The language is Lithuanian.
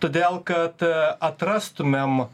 todėl kad atrastumėm